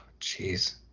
Jeez